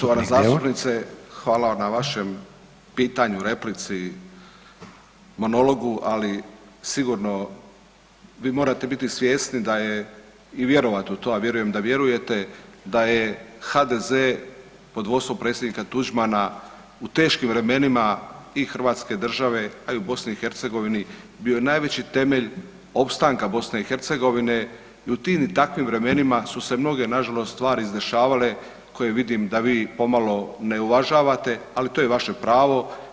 Poštovana zastupnice hvala vam na vašem pitanju, replici, monologu, ali sigurno vi morate biti svjesni da je i vjerovat u to, a vjerujem da vjerujete da je HDZ pod vodstvom predsjednika Tuđmana u teškim vremenima i hrvatske države, a i u BiH bio najveći temelj opstanka BiH i u tim i takvim vremenima su se mnoge nažalost stvari izdešavale koje vidim da vi pomalo ne uvažavate ali to je vaše pravo.